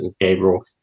Gabriel